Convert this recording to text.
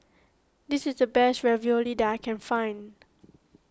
this is the best Ravioli that I can find